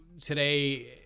today